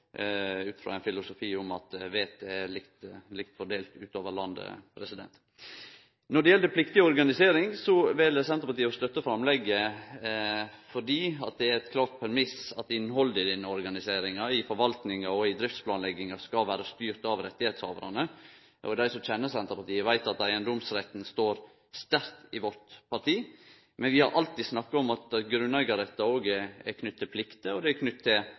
ut frå ein filosofi om at vitet er likt fordelt utover landet. Når det gjeld pliktig organisering, vel Senterpartiet å støtte framlegget fordi det er ein klar premiss at innhaldet i denne organiseringa i forvaltninga og i driftsplanlegginga skal vere styrt av rettshavarane. Dei som kjenner Senterpartiet, veit at eigedomsretten står sterkt i vårt parti, men vi har alltid snakka om at grunneigarrettar òg er knytte til plikter og ansvar. I nokre tilfelle, som dette, er